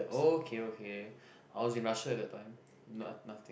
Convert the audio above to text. oh okay okay I was in Russia that time not~ nothing